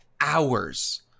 hours